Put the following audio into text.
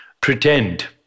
Pretend